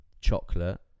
chocolate